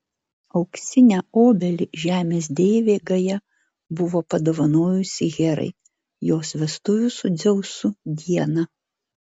auksinę obelį žemės deivė gaja buvo padovanojusi herai jos vestuvių su dzeusu dieną